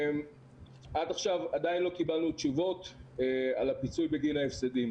עד עכשיו עדיין לא קיבלנו תשובות על הפיצוי בגין ההפסדים.